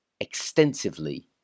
extensively